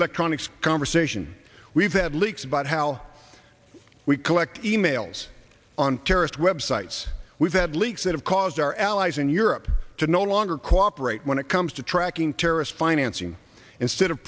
electronics conversation we've had leaks about how we collect e mails on terrorist websites we've had leaks that have caused our allies in europe to no longer cooperate when it comes to tracking terrorist financing instead of